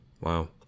Wow